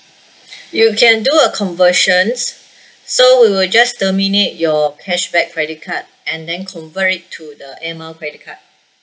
you can do a conversion so we will just terminate your cashback credit card and then convert it to the air mile credit card